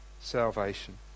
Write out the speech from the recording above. salvation